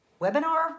webinar